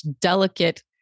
delicate